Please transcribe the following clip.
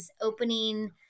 opening